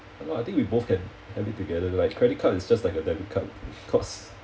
ya lor I think we both can have it together like credit card is just like a debit card cause